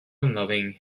unloving